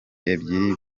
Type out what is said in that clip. ebyiri